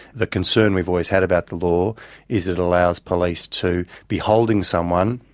the concern we've always had about the law is it allows police to be holding someone,